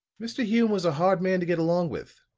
mr. hume was a hard man to get along with,